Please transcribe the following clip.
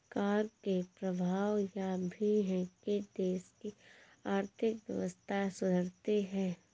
कर के प्रभाव यह भी है कि देश की आर्थिक व्यवस्था सुधरती है